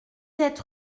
sept